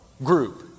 Group